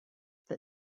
that